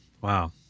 Wow